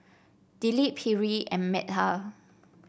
Dilip Hri and Medha